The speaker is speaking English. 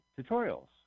tutorials